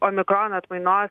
omikon atmainos